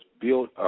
built